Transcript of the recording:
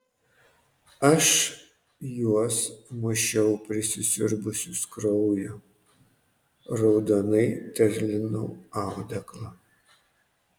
aš juos mušiau prisisiurbusius kraujo raudonai terlinau audeklą